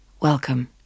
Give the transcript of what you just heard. Welcome